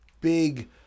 big